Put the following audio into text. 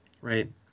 Right